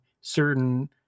certain